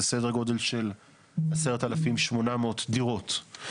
זה סדר-גודל של 10,800 דירות.